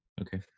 Okay